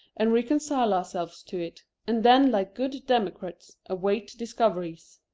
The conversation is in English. and reconcile ourselves to it, and then like good democrats await discoveries.